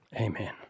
Amen